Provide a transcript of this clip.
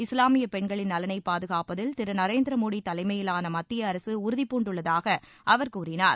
இஸ்லாமிய பெண்களின் நலனை பாதுகாப்பதில் திரு நரேந்திர மோடி தலைமையிலான மத்திய அரசு உறுதிபூண்டுள்ளதாக அவர் கூறினார்